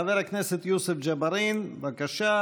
חבר הכנסת יוסף ג'בארין, בבקשה.